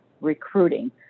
recruiting